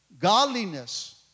Godliness